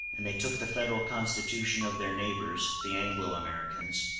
and they took the federal constitution of their neighbors, the anglo-americans,